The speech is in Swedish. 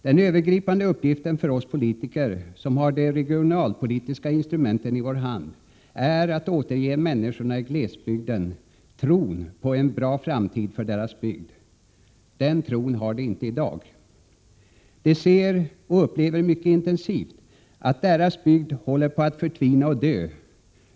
Den övergripande uppgiften för oss politiker, som har de regionalpolitiska instrumenten i vår hand, är att återge människorna i glesbygden tron på en bra framtid för deras bygd. Den tron har de inte i dag. De ser och upplever mycket intensivt att deras bygd håller på att förtvina och dö.